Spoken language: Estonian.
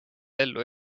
ellu